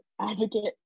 advocate